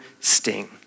sting